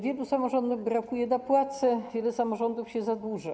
Wielu samorządom brakuje na płace, wiele samorządów się zadłuża.